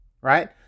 right